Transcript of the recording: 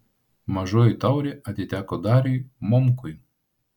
mažoji taurė atiteko dariui momkui